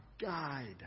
guide